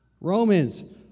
Romans